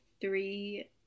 three